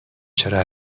چرا